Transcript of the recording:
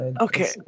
Okay